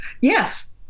Yes